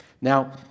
Now